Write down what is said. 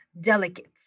delicates